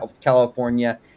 California